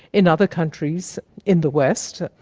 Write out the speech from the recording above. in other countries in the west,